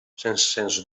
sens